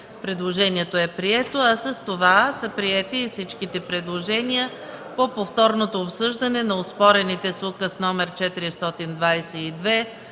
Предложението е прието, а с това са приети и всичките предложения по повторното обсъждане на оспорените с Указ № 422